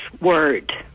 word